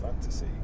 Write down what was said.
fantasy